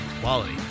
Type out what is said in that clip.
quality